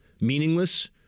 meaningless